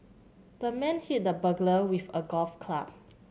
the man hit the burglar with a golf club